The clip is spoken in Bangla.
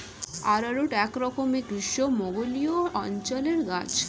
অ্যারারুট একরকমের গ্রীষ্মমণ্ডলীয় অঞ্চলের গাছ